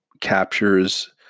captures